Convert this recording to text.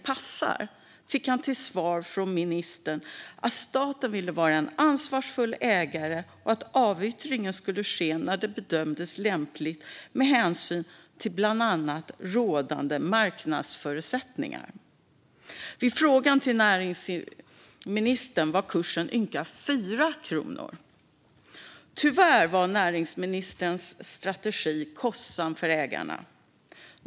Han fick till svar från ministern att staten ville vara en ansvarsfull ägare och att avyttringen skulle ske när det bedömdes lämpligt med hänsyn till bland annat rådande marknadsförutsättningar. När frågan ställdes till näringsministern var kursen ynka 4 kronor. Tyvärr var näringsministerns strategi kostsam för ägarna.